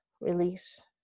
release